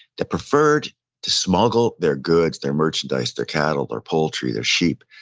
that preferred to smuggle their goods, their merchandise, their cattle, their poultry, their sheep,